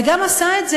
הוא גם עשה את זה,